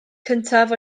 cyntaf